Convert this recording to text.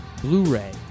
Blu-ray